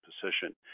position